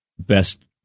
best